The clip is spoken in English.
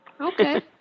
Okay